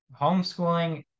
homeschooling